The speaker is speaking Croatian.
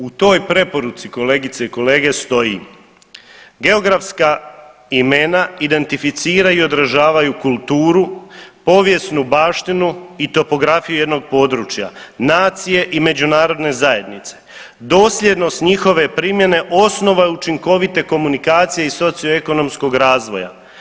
U toj preporuci kolegice i kolege stoji, geografska imena identificiraju i odražavaju kulturu, povijesnu baštinu i topografiju jednog područja, nacije i međunarodne zajednice, dosljednost njihove primjene osnova je učinkovite komunikacije i socioekonomskog razvoja.